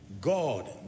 God